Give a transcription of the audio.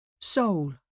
Soul